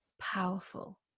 powerful